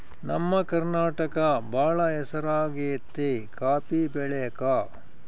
ನಮ್ಮ ಕರ್ನಾಟಕ ಬಾಳ ಹೆಸರಾಗೆತೆ ಕಾಪಿ ಬೆಳೆಕ